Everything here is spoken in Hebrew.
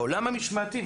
בעולם המשמעתי,